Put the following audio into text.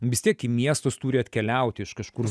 vis tiek į miestus turi atkeliauti iš kažkur